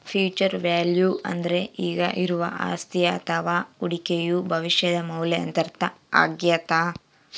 future value ಅಂದ್ರೆ ಈಗ ಇರುವ ಅಸ್ತಿಯ ಅಥವ ಹೂಡಿಕೆಯು ಭವಿಷ್ಯದ ಮೌಲ್ಯ ಎಂದರ್ಥ ಆಗ್ಯಾದ